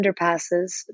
underpasses